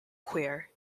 queer